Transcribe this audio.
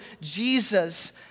Jesus